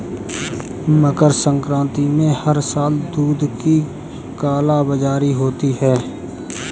मकर संक्रांति में हर साल दूध की कालाबाजारी होती है